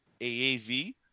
AAV